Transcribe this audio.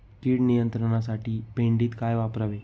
कीड नियंत्रणासाठी भेंडीत काय वापरावे?